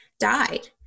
died